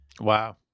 Wow